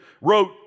wrote